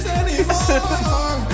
anymore